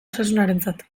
osasunarentzat